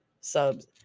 subs